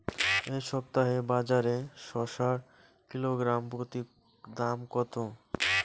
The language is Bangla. এই সপ্তাহে বাজারে শসার কিলোগ্রাম প্রতি দাম কত?